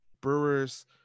Brewers